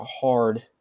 hard